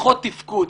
פחות תפקוד.